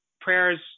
prayers